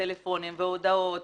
טלפונים והודעות